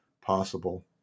possible